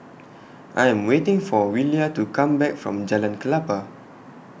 I Am waiting For Willia to Come Back from Jalan Klapa